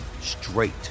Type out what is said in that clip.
straight